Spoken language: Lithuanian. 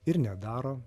ir nedaro